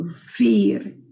fear